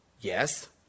Yes